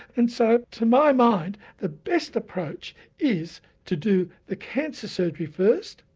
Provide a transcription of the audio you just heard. and so to my mind the best approach is to do the cancer surgery first,